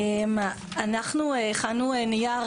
אנחנו הכנו נייר,